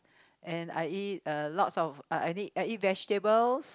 and I eat uh lots of uh I eat I eat vegetables